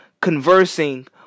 conversing